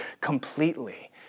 completely